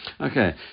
Okay